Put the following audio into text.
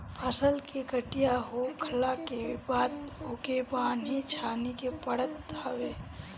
फसल के कटिया होखला के बाद ओके बान्हे छाने के पड़त हवे